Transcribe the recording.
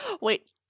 wait